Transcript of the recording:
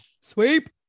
Sweep